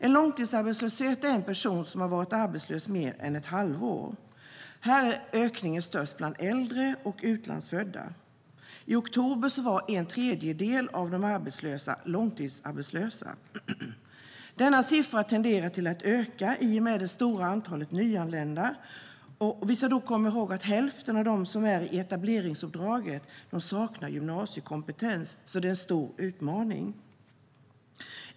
En långtidsarbetslös är en person som har varit arbetslös i mer än ett halvår. Här är ökningen störst bland äldre och utlandsfödda. I oktober var en tredjedel av de arbetslösa långtidsarbetslösa. Denna siffra tenderar att öka i och med det stora antalet nyanlända, och vi ska då komma ihåg att hälften av dem som är i etableringsuppdraget saknar gymnasiekompetens. Det är alltså en stor utmaning.